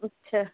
ਅੱਛਾ